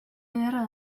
ederra